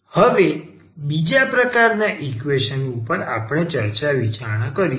હવે બીજા પ્રકારના ઈકવેશન પર આપણે વિચારણા કરીશું